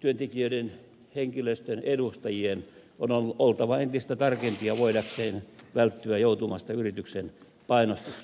työntekijöiden henkilöstön edustajien on oltava entistä tarkempia voidakseen välttyä joutumasta yrityksen painostuksen kohteeksi